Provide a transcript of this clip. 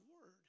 word